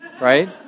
right